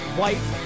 white